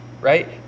right